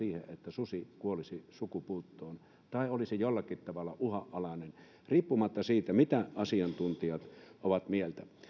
susi kuolisi sukupuuttoon tai olisi jollakin tavalla uhanalainen riippumatta siitä mitä asiantuntijat ovat mieltä